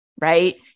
right